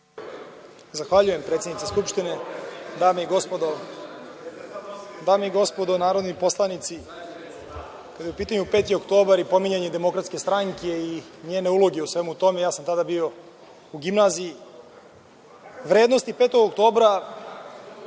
Zahvaljujem, predsednice Skupštine. Dame i gospodo narodni poslanici, kada je u pitanju peti oktobar i pominjanje DS i njene uloge u svemu tome, ja sam tada bio u gimnaziji. Vrednosti petog oktobra